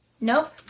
Nope